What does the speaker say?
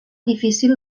difícil